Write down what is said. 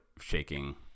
shaking